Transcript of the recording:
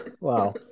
Wow